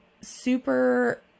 super